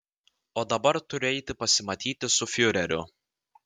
o dabar turiu eiti pasimatyti su fiureriu